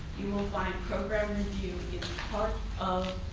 you will find program review is part of